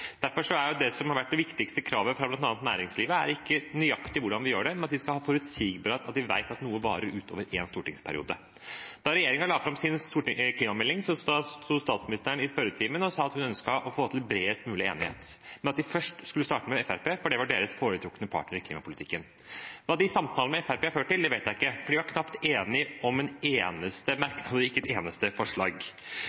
Derfor er det som har vært det viktigste kravet fra bl.a. næringslivet, ikke nøyaktig hvordan vi gjør det, men at de skal ha forutsigbarhet, at de vet at noe varer utover én stortingsperiode. Da regjeringen la fram sin klimamelding, sto statsministeren i spørretimen og sa at hun ønsket å få til bredest mulig enighet, men at de først skulle starte med Fremskrittspartiet, for det var deres foretrukne partner i klimapolitikken. Hva de samtalene med Fremskrittspartiet førte til, vet jeg ikke, for de ble knapt enige om en eneste